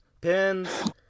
pins